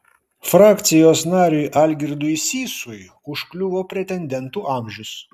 frakcijos nariui algirdui sysui užkliuvo pretendentų amžius